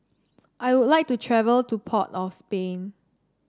I would like to travel to Port of Spain